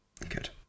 Good